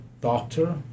doctor